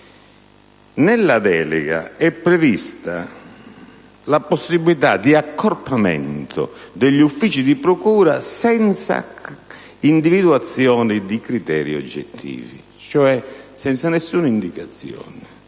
nella delega è prevista la possibilità di accorpamento degli uffici di procura senza individuazione di criteri oggettivi, cioè senza alcuna indicazione.